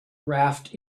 raft